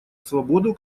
свободу